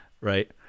right